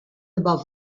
above